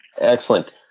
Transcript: Excellent